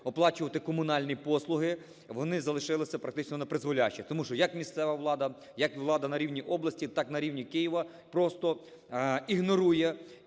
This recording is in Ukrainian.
оплачувати комунальні послуги, вони залишилися практично напризволяще. Тому що як місцева влада, як влада на рівні області, так і на рівні Києва, просто ігнорує